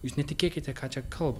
jūs netikėkite ką čia kalba